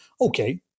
Okay